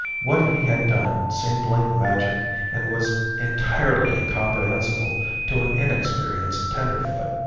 what he had done seemed like magic and was entirely incomprehensible to an inexperienced tenderfoot.